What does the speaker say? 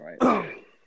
right